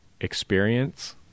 experience